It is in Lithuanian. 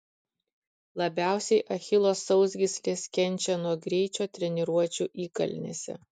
labiausiai achilo sausgyslės kenčia nuo greičio treniruočių įkalnėse